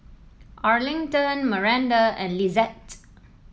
Arlington Maranda and Lizette